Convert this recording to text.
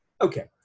Okay